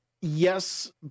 yes